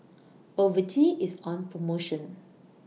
Ocuvite IS on promotion